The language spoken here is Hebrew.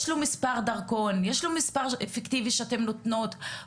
יש לו מספר דרכון, יש לו מספר פקטיבי שאתם נותנים.